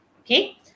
Okay